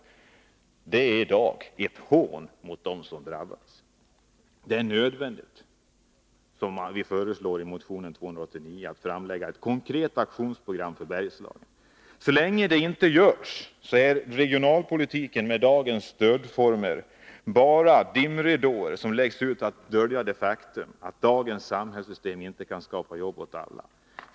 Men verkligheten i dag är ett hån mot dem som drabbas. Det är nödvändigt att göra så som föreslås i motion 289, dvs. att framlägga ett konkret aktionsprogram för Bergslagen. Så länge det inte görs är regionalpolitiken med dagens stödformer bara dimridåer som läggs ut för att dölja det faktum att dagens samhällssystem inte kan skapa jobb åt alla.